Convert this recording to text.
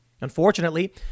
Unfortunately